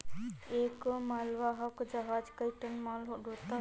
एक मालवाहक जहाज कई टन माल ढ़ोता है